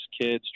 kids